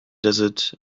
desert